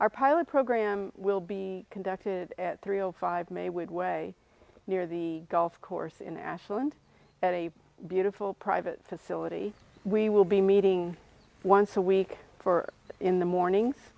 our pilot program will be conducted at three o five maywood way near the golf course in ashland at a beautiful private facility we will be meeting once a week for in the mornings